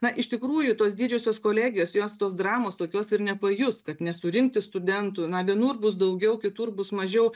na iš tikrųjų tos didžiosios kolegijos jos tos dramos tokios ir nepajus kad nesurinkti studentų na vienur bus daugiau kitur bus mažiau